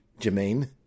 Jermaine